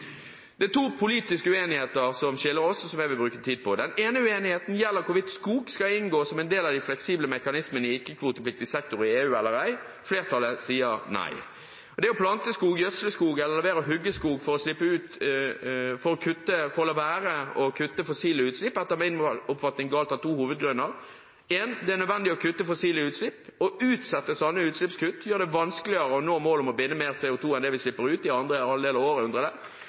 Det er to politiske uenigheter som skiller oss, og som jeg gjerne vil bruke tid på. Den ene uenigheten gjelder hvorvidt skog skal inngå som en del av de fleksible mekanismene i ikke-kvotepliktig sektor i EU eller ei. Flertallet sier nei. Det å plante skog, gjødsle skog eller la være å hugge skog for å la være å kutte fossile utslipp er etter min oppfatning galt av to hovedgrunner: Det er nødvendig å kutte fossile utslipp. Å utsette slike utslippskutt gjør det vanskeligere å nå målet om å binde mer CO2 enn det vi slipper ut i andre